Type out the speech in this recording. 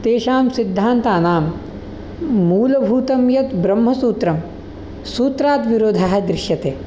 तेषां सिद्धान्तानां मूलभूतं यत् ब्रह्मसूत्रं सूत्रात् विरोधः दृश्यते